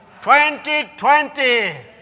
2020